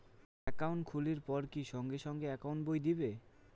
Account খুলির পর কি সঙ্গে সঙ্গে একাউন্ট বই দিবে?